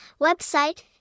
website